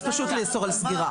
פשוט לאסור על סגירה.